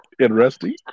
Interesting